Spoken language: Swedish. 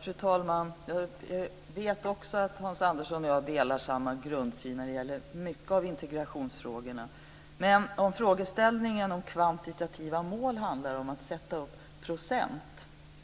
Fru talman! Jag vet också att Hans Andersson och jag har samma grundsyn när det gäller många av integrationsfrågorna. Men om frågeställningen om kvantitativa mål handlar om att sätta upp procentmål